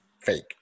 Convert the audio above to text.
fake